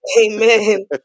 Amen